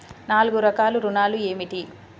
నాలుగు రకాల ఋణాలు ఏమిటీ?